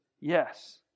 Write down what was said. yes